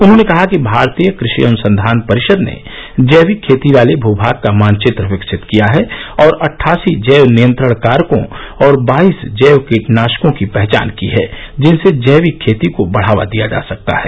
उन्होंने कहा कि भारतीय कृषि अनुसंधान परिषद ने जैविक खेती वाले भू भाग का मानचित्र विकसित किया है और अट्ठासी जैव नियंत्रण कारकों और बाईस जैव कोटनाशकों की पहचान की है जिनसे जैविक खेती को बढ़ावा दिया जा सकता है